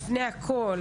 לפני הכל,